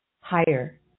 higher